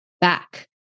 back